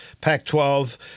Pac-12